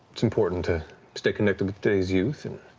it's important to stay connected with today's youth, and